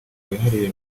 wihariye